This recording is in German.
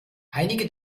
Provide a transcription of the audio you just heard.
einige